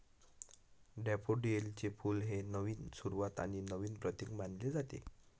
डॅफोडिलचे फुल हे नवीन सुरुवात आणि नवीन प्रतीक मानले जाते